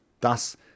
Thus